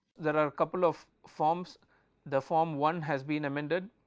there are couple of forms the form one has been amended,